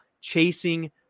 chasing